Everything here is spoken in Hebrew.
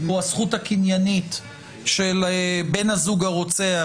או הזכות הקניינית של בן הזוג הרוצח,